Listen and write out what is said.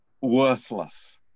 worthless